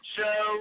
show